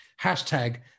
hashtag